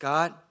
God